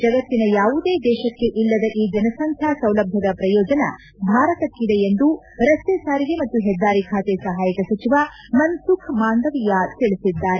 ಜಗತ್ತಿನ ಯಾವುದೇ ದೇಶಕ್ಕೆ ಇಲ್ಲದ ಈ ಜನಸಂಖ್ಯಾ ಸೌಲಭ್ಯದ ಪ್ರಯೋಜನ ಭಾರತಕ್ಕಿದೆ ಎಂದು ರಸ್ತೆ ಸಾರಿಗೆ ಮತ್ತು ಹೆದ್ದಾರಿ ಖಾತೆ ಸಹಾಯಕ ಸಚಿವ ಮನ್ಸುಖ್ ಮಾಂಡವೀಯ ತಿಳಿಸಿದ್ದಾರೆ